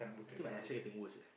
I think my accent getting worse eh